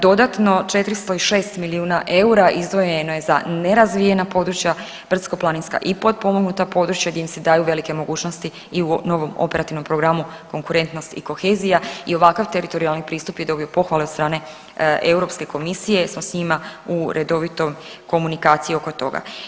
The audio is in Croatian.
Dodatno 406 milijuna eura izdvojeno je za nerazvijena područja, brdsko-planinska i potpomognuta područja gdje im se daju velike mogućnosti i u novom operativnom programu konkurentnost i kohezija i ovakav teritorijalni pristup je dobio pohvale od strane Europske komisije jer smo s njima u redovitoj komunikaciji oko toga.